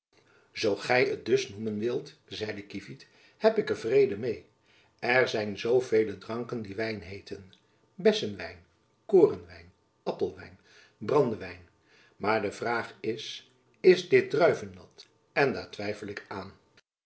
zoo gy t dus noemen wilt zeide kievit heb ik er vrede meê er zijn zoo vele dranken die wijn heeten bessenwijn korenwijn appelwijn brandewijn maar de vraag is is dit druivennat en daar twijfel ik aan